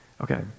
Okay